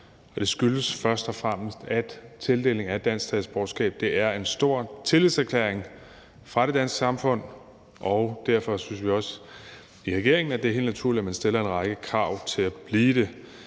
det skyldes først og fremmest, at tildeling af dansk statsborgerskab er en stor tillidserklæring fra det danske samfund. Derfor synes vi også i regeringen, at det er helt naturligt, at vi stiller en række krav, man skal opfylde